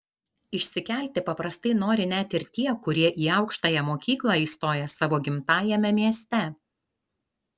išsikelti paprastai nori net ir tie kurie į aukštąją mokyklą įstoja savo gimtajame mieste